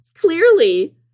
clearly